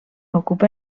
ocupa